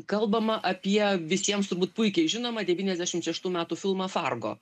kalbama apie visiems turbūt puikiai žinomą devyniasdešimt šeštų metų filmą fargo